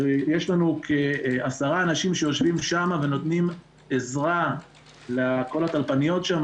יש לנו כ-10 אנשים שיושבים שם ונותנים עזרה לכל הטלפניות שם